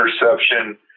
interception